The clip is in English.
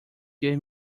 gave